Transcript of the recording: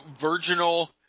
virginal